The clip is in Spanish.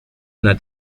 una